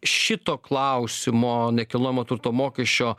šito klausimo nekilnojamo turto mokesčio